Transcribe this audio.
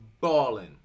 Ballin